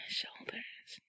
shoulders